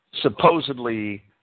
supposedly